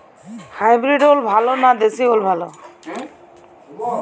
Hybrid ওল ভালো না দেশী ওল ভাল?